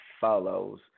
follows